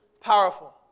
powerful